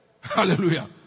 Hallelujah